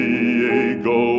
Diego